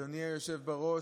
אדוני היושב-ראש,